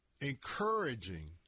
encouraging